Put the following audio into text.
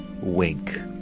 wink